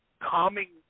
calming